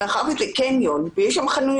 כי מאחר שזה קניון, ויש שם חנויות